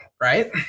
right